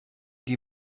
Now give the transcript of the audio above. die